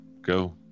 go